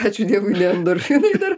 ačiū dievui ne endorfinai dar